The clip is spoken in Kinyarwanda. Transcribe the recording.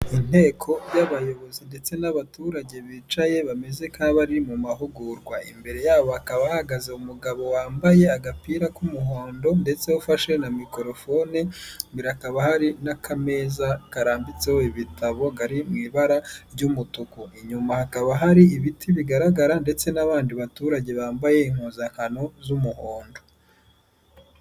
Inteko y'abayobozi ndetse n'abaturage bicaye bameze nk'aba mu mahugurwa, imbere yabo bakaba hahagaze umugabo wambaye agapira k'umuhondo ndetse ufashe na mikorofone, imbere hakaba hari n'akameza karambitseho ibitabo kari mu ibara ry'umutuku, inyuma hakaba hari ibiti bigaragara ndetse n'abandi baturage bambaye impuzankano z'umuhondo.